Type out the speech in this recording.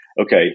okay